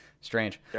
Strange